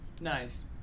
nice